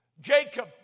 Jacob